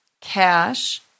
cash